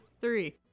three